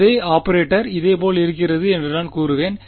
அதே ஆபரேட்டர் இதேபோல் இருக்கிறது என்று நான் கூறுவேன்